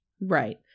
right